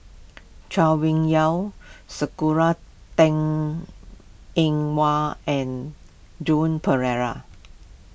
Chay Weng Yew Sakura Teng Ying Hua and Joan Pereira